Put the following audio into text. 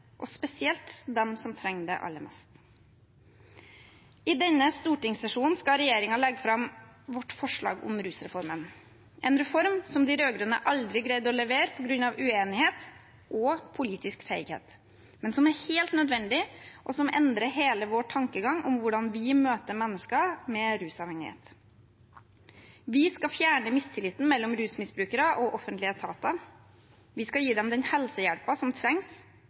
og spesielt dem som trenger det aller mest. I denne stortingssesjonen skal regjeringen legge fram sitt forslag om rusreformen, en reform som de rød-grønne aldri greide å levere på grunn av uenighet og politisk feighet, men som er helt nødvendig, og som endrer hele vår tankegang om hvordan vi møter mennesker med rusavhengighet. Vi skal fjerne mistilliten mellom rusmisbrukere og offentlige etater. Vi skal gi dem den helsehjelpen som trengs,